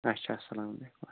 اَچھا اَسلامُ علیکُم